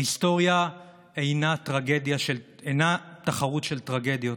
ההיסטוריה אינה תחרות של טרגדיות,